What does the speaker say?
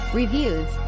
reviews